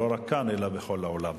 לא רק כאן אלא גם בכל העולם.